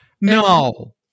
No